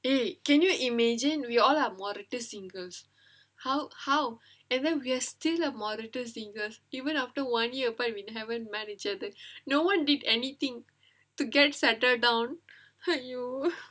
eh can you imagine we all are முரட்டு:murattu singles how how and then we are still முரட்டு:murattu singles even after one year we haven't met each other no one did anything to get settle down !aiyo!